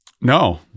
No